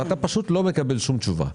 ואתה פשוט לא מקבל שום תשובה.